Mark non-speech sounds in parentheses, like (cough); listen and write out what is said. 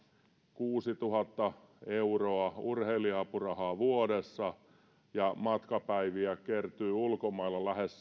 kuusituhatta euroa urheilija apurahaa vuodessa ja matkapäiviä kertyy ulkomailla lähes (unintelligible)